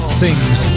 sings